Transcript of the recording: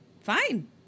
fine